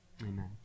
Amen